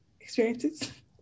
experiences